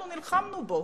אנחנו נלחמנו בו.